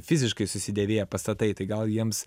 fiziškai susidėvėję pastatai tai gal jiems